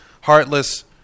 heartless